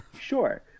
Sure